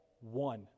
one